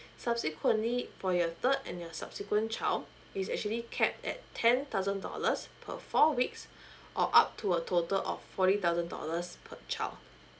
subsequently for your third and your subsequent child is actually capped at ten thousand dollars per four weeks or up to a total of forty thousand dollars per child